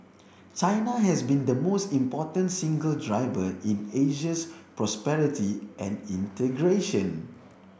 China has been the most important single driver in Asia's prosperity and integration